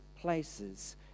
places